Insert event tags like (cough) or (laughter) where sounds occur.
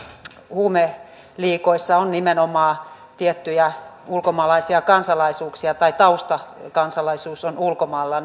huumeliigoissa on nimenomaan tiettyjä ulkomaisia kansalaisuuksia tai taustakansalaisuus on ulkomailla (unintelligible)